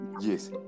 yes